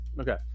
Okay